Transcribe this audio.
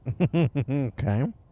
Okay